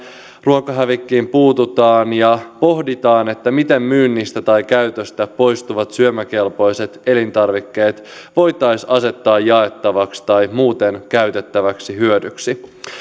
ruokahävikkiin puututaan ja pohditaan miten myynnistä tai käytöstä poistuvat syömäkelpoiset elintarvikkeet voitaisiin asettaa jaettaviksi tai muuten käytettäväksi hyödyksi